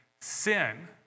Sin